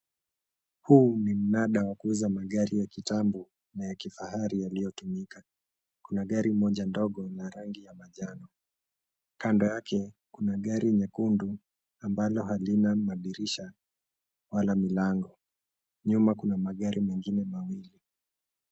Huu mnada wa kuuza magari ya kitambo na ya kifahari yaliyotumika, kuna gari moja ndogo na rangi ya manjano, kando yake kuna gari nyekundu ambalo halina madirisha wala milango, nyuma kuna magari mengine mawili.